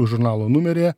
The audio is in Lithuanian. žurnalo numeryje